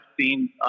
seen